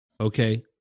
okay